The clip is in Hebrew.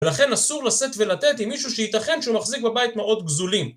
ולכן אסור לשאת ולתת עם מישהו שייתכן שהוא מחזיק בבית מאות גוזלים